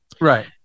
Right